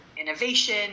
innovation